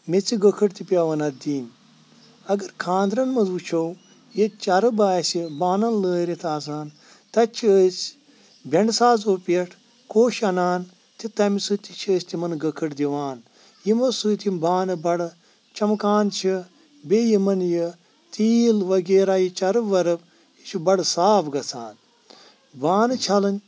میٚژِ گٔکھٕڑ تہِ پٮ۪وان اَتھ دِنۍ اگر خانٛدرَن منٛز وٕچھو ییٚتہِ چَرٕب آسہِ بانن لٲرِتھ آسان تَتہِ چھِ أسۍ بینٛڈسازٕو پٮ۪ٹھ کوٚش اَنان تہٕ تَمہِ سۭتۍ تہِ چھِ أسۍ تِمن گٔکھٕڑ دِوان یِمو سۭتۍ یِم بانہٕ بَڑٕ چَمکان چھِ بیٚیہِ یِمن یہِ تیٖل وَغیٛرہ یہِ چَرٕب وَرٕب یہِ چھُ بَڈٕ صاف گژھان بانہٕ چَھلٕنۍ